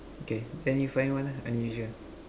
okay then you find one ah unusual